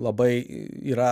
labai yra